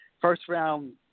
first-round